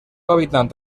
hábitat